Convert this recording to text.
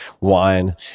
wine